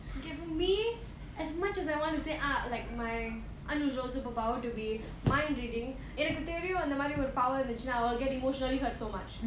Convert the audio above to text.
okay for me as much as I want to say ah like my unusual superpower to be mind reading எனக்கு தெரியும் அந்தமாரி ஒரு:enakku theriyum andhamaari oru power இருந்திச்சினா:irundhichinaa I'll get emotionally hurt so much